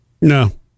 No